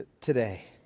today